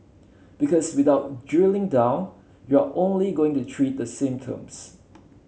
because without drilling down you're only going to treat the symptoms